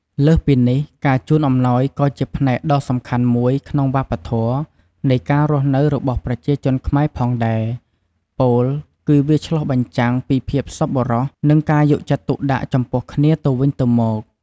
លើសពីនេះ ការជូនអំណោយក៏ជាផ្នែកដ៏សំខាន់មួយក្នុងវប្បធម៌នៃការរស់នៅរបស់ប្រជាជនខ្មែរផងដែរ ពោលគឺវាឆ្លុះបញ្ចាំងពីភាពសប្បុរស និងការយកចិត្តទុកដាក់ចំពោះគ្នាទៅវិញទៅមក។